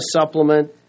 supplement